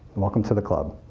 welcome to the club.